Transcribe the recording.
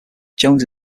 jones